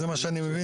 הם לא מוכנים.